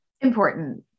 Important